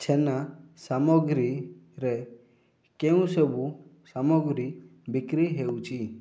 ଛେନା ସାମଗ୍ରୀରେ କେଉଁ ସବୁ ସାମଗ୍ରୀ ବିକ୍ରି ହେଉଛି